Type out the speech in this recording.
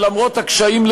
ולמרות הקשיים,